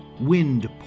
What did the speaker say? Wind